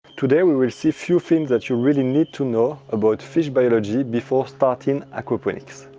today we will see a few things that you really need to know about fish biology before starting aquaponics.